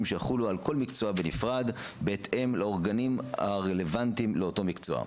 שיחולו על כל מקצוע בנפרד בהתאם לאורגנים הרלוונטיים לאותו מקצוע.